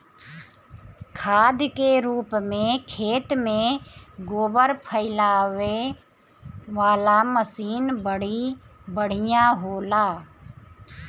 खाद के रूप में खेत में गोबर फइलावे वाला मशीन बड़ी बढ़िया होला